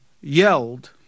yelled